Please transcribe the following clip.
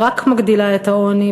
אלא רק מגדילה את העוני,